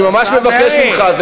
אני ממש מבקש ממך.